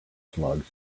slugs